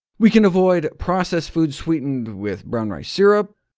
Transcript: we can avoid processed foods sweetened with brown rice syrup.